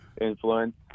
influence